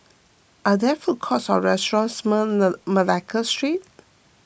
are there food courts or restaurants Malacca Street